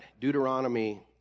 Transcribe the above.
Deuteronomy